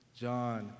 John